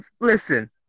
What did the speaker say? listen